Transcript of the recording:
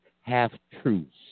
Half-truths